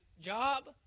job